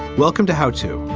welcome to how to.